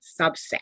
subset